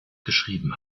geschrieben